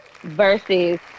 versus